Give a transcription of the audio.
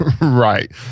Right